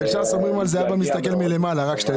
אני יודע